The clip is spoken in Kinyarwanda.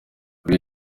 buri